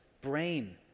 brain